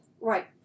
Right